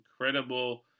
incredible